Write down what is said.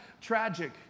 tragic